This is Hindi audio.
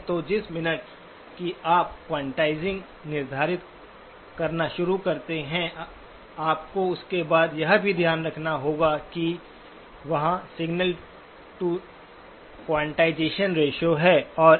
तो जिस मिनट की आप क्वांटाइज़िंग निर्धारित करना शुरू करते हैं आपको उसके बाद यह भी ध्यान रखना होगा कि वहाँ signal to quantisation noise ratio है